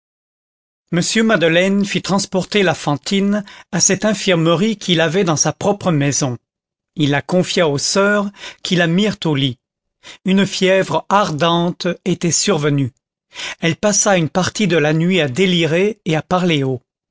m madeleine fit transporter la fantine à cette infirmerie qu'il avait dans sa propre maison il la confia aux soeurs qui la mirent au lit une fièvre ardente était survenue elle passa une partie de la nuit à délirer et à parler